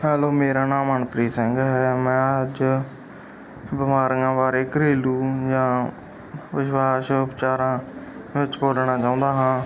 hello ਮੇਰਾ ਨਾਮ ਮਨਪ੍ਰੀਤ ਸਿੰਘ ਹੈ ਮੈਂ ਅੱਜ ਬਿਮਾਰੀਆਂ ਬਾਰੇ ਘਰੇਲੂ ਜਾਂ ਵਿਸ਼ਵਾਸ ਵਿਚਾਰਾਂ ਵਿੱਚ ਬੋਲਣਾ ਚਾਹੁੰਦਾ ਹਾਂ